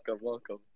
Welcome